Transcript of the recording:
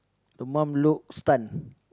the mom looks stun